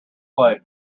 play